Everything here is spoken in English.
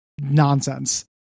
nonsense